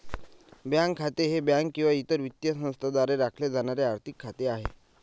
bank खाते हे bank किंवा इतर वित्तीय संस्थेद्वारे राखले जाणारे आर्थिक खाते आहे